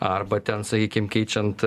arba ten sakykim keičiant